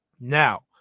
Now